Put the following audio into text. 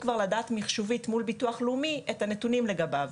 לדעת בצורה ממוחשבת מביטוח לאומי את הנתונים לגביו